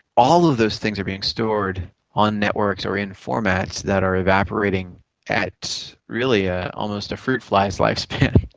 all of those things are being stored on networks or in formats that are evaporating at really ah almost a fruit fly's lifespan,